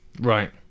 Right